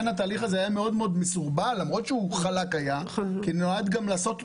התהליך הזה היה מאוד מאוד מסורבל למרות שהוא היה חלק כי רצו לבדוק.